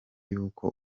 y’uko